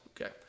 okay